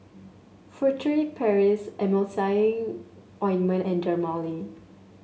Furtere Paris Emulsying Ointment and Dermale